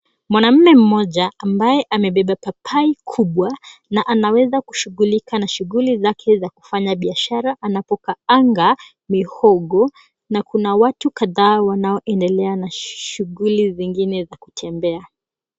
Mwanamme mmoja ambaye amebeba papai kubwa na anaweza kushughulika na shughuli zake za kufanya biashara anapokaanga mihogo na kuna watu kadhaa wanaoendelea na shughuli zingine za kutembea.